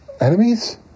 Enemies